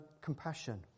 compassion